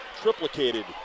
triplicated